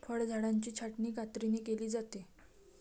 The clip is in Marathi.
फळझाडांची छाटणी कात्रीने केली जाते